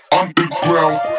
underground